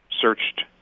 searched